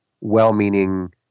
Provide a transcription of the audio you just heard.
well-meaning